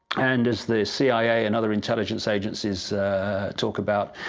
and as the cia and other intelligence agencies talk about,